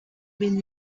been